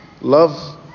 Love